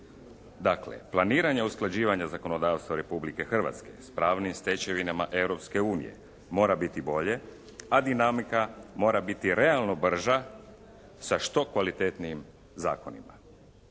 Dakle, planiranje usklađivanja zakonodavstva Republike Hrvatske sa pravnim stečevinama Europske unije mora biti bolje, a dinamika mora biti realno brža sa što kvalitetnijim zakonima.